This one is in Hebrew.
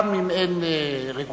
גם אם אין רגולציה.